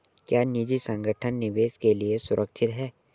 क्या निजी संगठन निवेश के लिए सुरक्षित हैं?